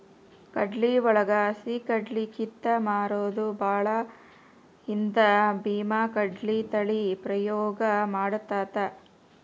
ಕಡ್ಲಿವಳಗ ಹಸಿಕಡ್ಲಿ ಕಿತ್ತ ಮಾರುದು ಬಾಳ ಇದ್ದ ಬೇಮಾಕಡ್ಲಿ ತಳಿ ಉಪಯೋಗ ಮಾಡತಾತ